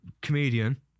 comedian